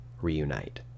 reunite